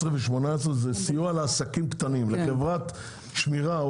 סעיפים 17 ו-18 עוסקים בסיוע לעסקים קטנים; לחברת שמירה,